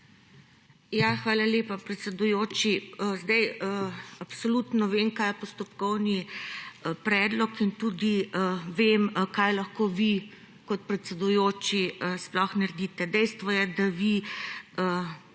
Hvala lepa, predsedujoči. Absolutno vem, kaj je postopkovni predlog, in tudi vem, kaj lahko vi kot predsedujoči sploh naredite. Dejstvo je, da vi